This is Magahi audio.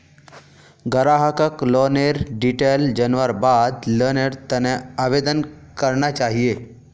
ग्राहकक लोनेर डिटेल जनवार बाद लोनेर त न आवेदन करना चाहिए